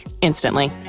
instantly